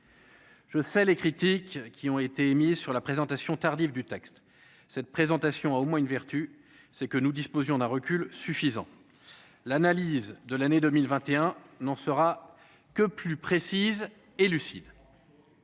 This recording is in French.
je sais les critiques qui ont été émises sur la présentation tardive du texte, cette présentation a au moins une vertu, c'est que nous disposions d'un recul suffisant, l'analyse de l'année 2021 n'en sera que plus précise et lucide